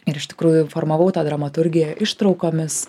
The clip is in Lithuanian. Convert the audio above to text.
ir iš tikrųjų informavau tą dramaturgiją ištraukomis